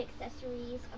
accessories